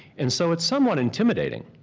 and so it's somewhat intimidating.